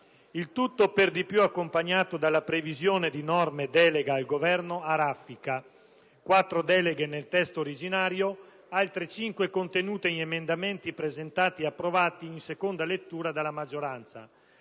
Il tutto, per di più, accompagnato dalla previsione di norme delega al Governo a raffica (quattro deleghe nel testo originario e altre cinque contenute in emendamenti presentati e approvati in seconda lettura dalla maggioranza)